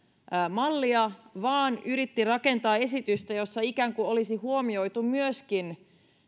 mallia vaan yritti rakentaa esitystä jossa ikään kuin olisi huomioitu myöskin